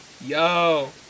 Yo